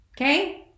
okay